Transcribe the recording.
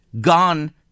gone